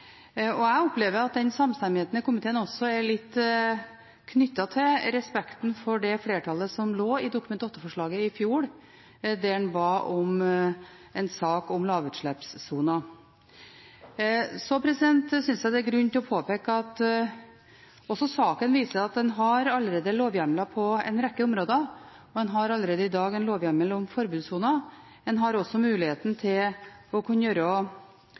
tiltak. Jeg opplever at den samstemmigheten i komiteen også er litt knyttet til respekten for det flertallet som lå i Dokument 8-forslaget i fjor, der en ba om en sak om lavutslippssoner. Så synes jeg det er grunn til å påpeke at saken også viser at en allerede har lovhjemler på en rekke områder. Man har allerede i dag en lovhjemmel om forbudssoner. En har også muligheten til å kunne